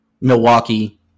Milwaukee